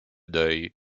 deuil